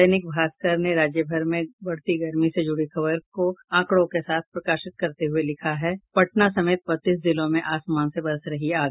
दैनिक भास्कर ने राज्यभर में बढ़ती गर्मी से जुड़ी खबर को आंकड़ों के साथ प्रकाशित करते हुये लिखा है पटना समेत बत्तीस जिलों में आसमान से बरस रही आग